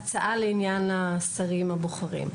הצעה לעניין השרים הבוחרים.